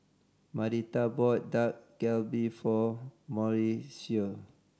Marita bought Dak Galbi for Mauricio